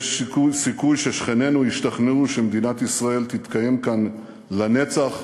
יש סיכוי ששכנינו ישתכנעו שמדינת ישראל תתקיים כאן לנצח,